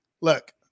Look